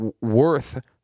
worth